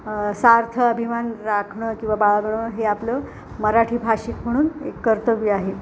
सार्थ अभिमान राखणं किंवा बाळगणं हे आपलं मराठी भाषिक म्हणून एक कर्तव्य आहे